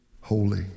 holy